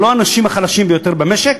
אלה לא האנשים החלשים ביותר במשק,